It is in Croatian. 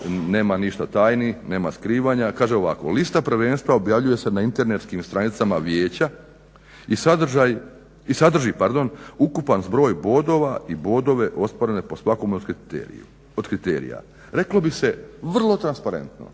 nema ništa tajni, nema skrivanja kaže ovako: "Lista prvenstva objavljuje se na internetskim stranicama Vijeća i sadrži ukupan zbroj bodova i bodove ostvarene po svakom od kriterija." Reklo bi se vrlo transparentno.